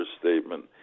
statement